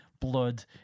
blood